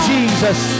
Jesus